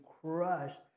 crushed